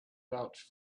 vouch